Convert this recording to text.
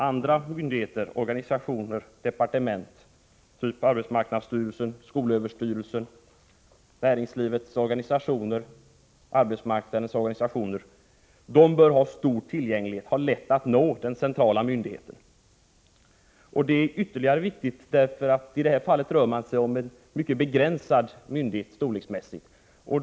Andra myndigheter, departement, organisationer typ skolöverstyrelser, arbetsmarknadsstyrelsen, näringslivets organisationer och arbetsmarknadens organisationer, bör ha stor tillgänglighet och ha lätt att nå den centrala myndigheten. Det är ytterst viktigt därför att det i det här fallet rör sig om en mycket begränsad myndighet storleksmässigt.